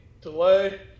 Delay